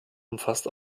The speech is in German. umfasst